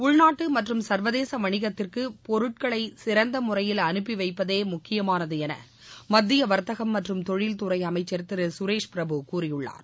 உள்நாட்டு மற்றும் சர்வதேச வணிகத்திற்கு பொருட்களை சிறந்தமுறையில் அனுப்பி வைப்பதே முக்கியமானது என மத்திய வர்த்தகம் மற்றும் தொழில்துறை அமைச்சர் திரு சுரேஷ்பிரபு கூறியுள்ளார்